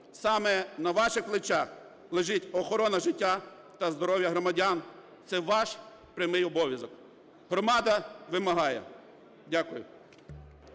Саме на ваших плечах лежить охорона життя та здоров'я громадян, це ваш прямий обов'язок. Громада вимагає. Дякую.